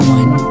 one